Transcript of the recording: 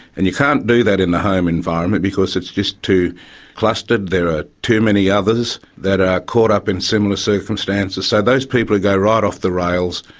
and you can't do that in a home environment because it's just too clustered, there are too many others that are caught up in similar circumstances. so those people who go right off the rails,